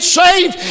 saved